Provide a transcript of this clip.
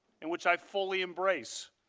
and which i fully embrace.